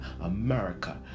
America